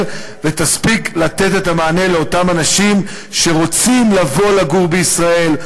ותספיק לתת את המענה לאותם אנשים שרוצים לבוא לגור בישראל,